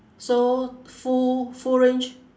so full full range